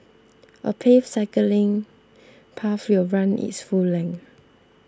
a paved cycling path will run its full length